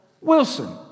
Wilson